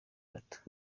bato